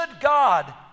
God